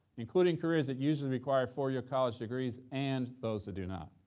including careers that usually require four-year college degrees and those that do not.